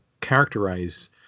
characterize